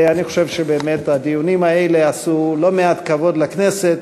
אני חושב שהדיונים האלה עשו לא מעט כבוד לכנסת.